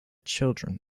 children